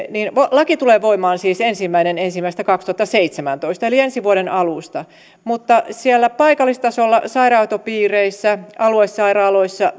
laki tulee voimaan siis ensimmäinen ensimmäistä kaksituhattaseitsemäntoista eli ensi vuoden alusta mutta siellä paikallistasolla sairaanhoitopiireissä aluesairaaloissa